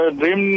dream